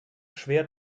schwer